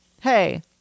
hey